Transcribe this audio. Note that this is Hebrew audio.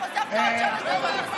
הזמן, אי-אפשר להמשיך.